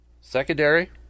Secondary